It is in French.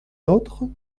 nôtres